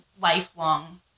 lifelong